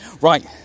Right